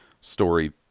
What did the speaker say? story